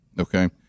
okay